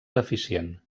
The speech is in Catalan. deficient